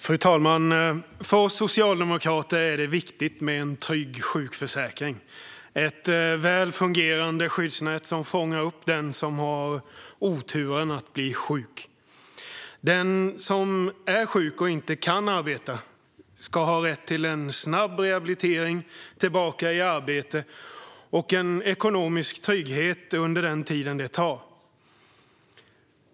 Fru talman! För oss socialdemokrater är det viktigt med en trygg sjukförsäkring och ett väl fungerande skyddsnät som fångar upp den som har oturen att bli sjuk. Den som är sjuk och inte kan arbeta ska ha rätt till en snabb rehabilitering för att komma tillbaka i arbete och ekonomisk trygghet under den tid som det tar.